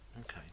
Okay